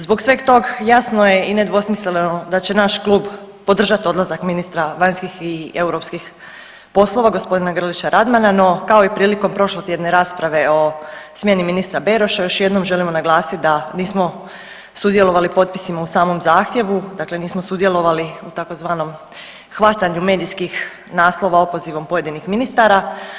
Zbog sveg tog jasno je i nedvosmisleno da će naš klub podržati odlazak ministra vanjskih i europskih poslova gospodina Grlića Radmana, no kao i prilikom prošlotjedne rasprave o smjeni ministra Beroša još jednom želimo naglasiti da mi smo sudjelovali u potpisima o samom zahtjevu, dakle nismo sudjelovali u tzv. hvatanju medijskih naslova opozivom pojedinih ministara.